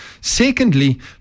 Secondly